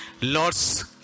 Lord's